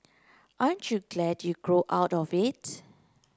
aren't you glad you grew out of it